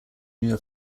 newer